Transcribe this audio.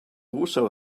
also